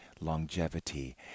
longevity